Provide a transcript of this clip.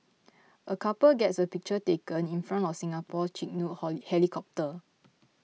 a couple gets a picture taken in front of Singapore's Chinook holy helicopter